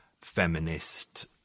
feminist